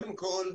קודם כל,